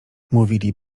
mówili